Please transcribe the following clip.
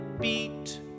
beat